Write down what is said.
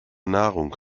nahrung